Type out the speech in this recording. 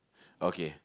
okay